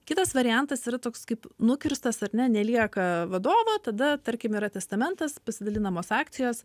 kitas variantas yra toks kaip nukirstas ar ne nelieka vadovo tada tarkim yra testamentas pasidalinamos akcijos